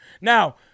Now